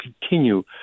continue